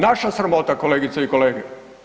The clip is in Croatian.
Naša sramota, kolegice i kolege.